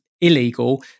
illegal